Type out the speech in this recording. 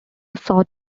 sought